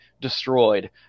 destroyed